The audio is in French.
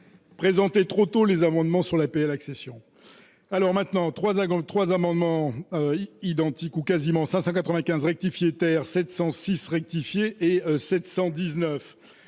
Présenter trop tôt les amendements sur l'APL accession alors maintenant 3 à 3 amendements identiques ou quasiment 595 rectifié Terre 706 rectifié et 719